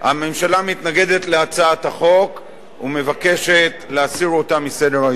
הממשלה מתנגדת להצעת החוק ומבקשת להסיר אותה מסדר-היום.